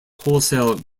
wholesale